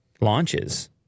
launches